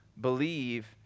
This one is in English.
believe